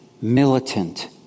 militant